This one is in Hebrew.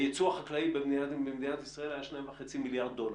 הייצוא החקלאי ממדינת ישראל היה 2.5 מיליארד דולר,